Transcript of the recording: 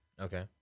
Okay